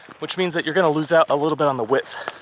which means that you're gonna lose out a little bit on the width.